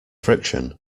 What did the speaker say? friction